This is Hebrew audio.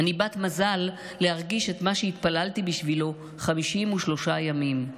אני בת מזל להרגיש את מה שהתפללתי בשבילו 53 ימים,